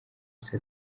isi